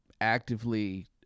actively